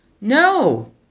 No